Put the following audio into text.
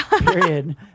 period